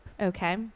Okay